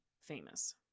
famous